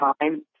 time